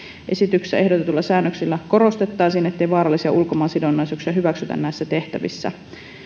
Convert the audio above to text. esityksessä ehdotetuilla säännöksillä korostettaisiin ettei vaarallisia ulkomaansidonnaisuuksia hyväksytä näissä tehtävissä